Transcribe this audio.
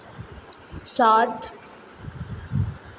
सात